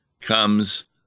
comes